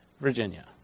Virginia